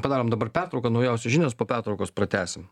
padarom dabar pertrauką naujausios žinios po pertraukos pratęsim